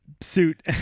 suit